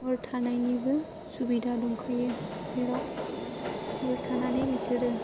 हर थानायनिबो सुबिदा दंखायो जेराव हर थानानै बिसोरो